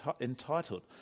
entitled